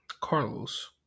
Carlos